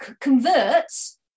converts